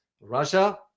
russia